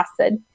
acid